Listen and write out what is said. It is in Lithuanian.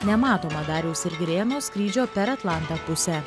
nematomą dariaus ir girėno skrydžio per atlantą pusę